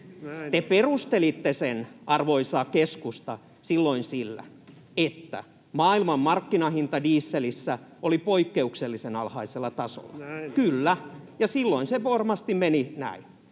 Te perustelitte sen, arvoisa keskusta, silloin sillä, että maailmanmarkkinahinta dieselissä oli poikkeuksellisen alhaisella tasolla. Kyllä, ja silloin se varmasti meni näin.